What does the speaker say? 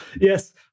Yes